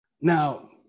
Now